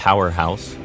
Powerhouse